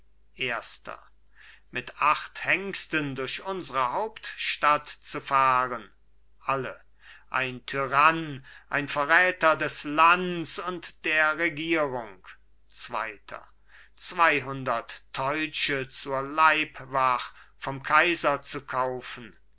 erster mit acht hengsten durch unsere hauptstadt zu fahren alle ein tyrann ein verräter des lands und der regierung zweiter zweihundert teutsche zur leibwach vom kaiser zu kaufen